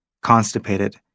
constipated